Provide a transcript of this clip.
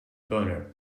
boner